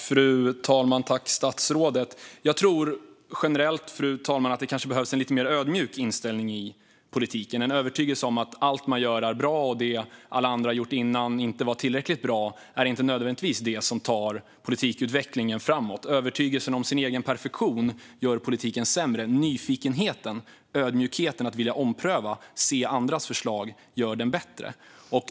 Fru talman! Jag tror att det generellt kanske behövs en lite mer ödmjuk inställning i politiken. En övertygelse om att allt man gör är bra och att det som alla andra har gjort innan inte har varit tillräckligt bra är inte nödvändigtvis det som tar politikutvecklingen framåt. Övertygelsen om den egna perfektionen gör politiken sämre, men nyfikenheten och ödmjukheten att vilja ompröva och se andras förslag gör den bättre.